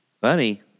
Funny